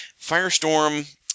Firestorm